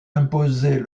imposés